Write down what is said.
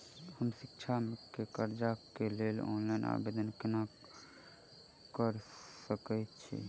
हम शिक्षा केँ कर्जा केँ लेल ऑनलाइन आवेदन केना करऽ सकल छीयै?